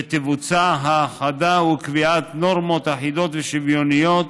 ויבוצעו האחדה וקביעת נורמות אחידות ושוויוניות,